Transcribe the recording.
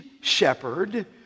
shepherd